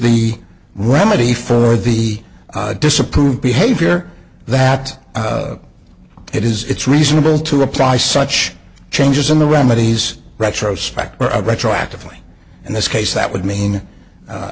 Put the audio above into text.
the remedy for the disapprove behavior that it is it's reasonable to apply such changes in the remedies retrospect or of retroactively in this case that would mean